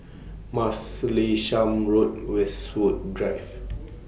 Martlesham Road Westwood Drive